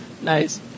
Nice